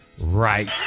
right